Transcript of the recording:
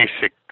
basic